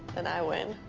and i win.